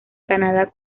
canadá